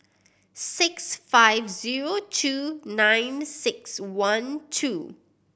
six five zero two nine six one two